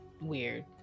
weird